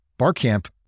Barcamp